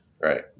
right